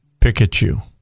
Pikachu